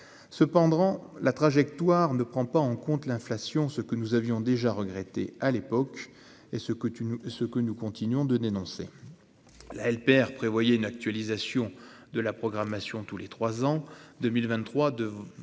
Cependant, cette trajectoire ne prend pas en compte l'inflation, ce que nous avions déjà regretté à l'époque, et ce que nous continuons de dénoncer. La LPR prévoyait une actualisation de la programmation tous les trois ans.